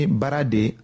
barade